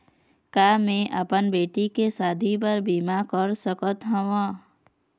का मैं अपन बेटी के शादी बर बीमा कर सकत हव?